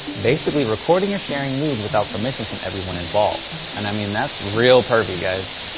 basically recording or sharing nudes without permission from everyone involved. and i mean, that's real pervy guys,